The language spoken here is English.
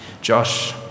josh